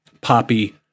poppy